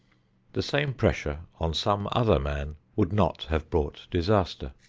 the same pressure on some other man would not have brought disaster.